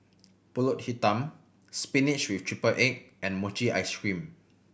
Pulut Hitam spinach with triple egg and mochi ice cream